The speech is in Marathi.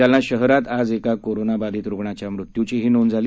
जालना शहरात आज एका कोरोनाबाधित रुग्णाच्या मृत्यूचीही नोंद झाली